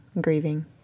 grieving